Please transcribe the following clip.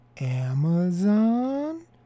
Amazon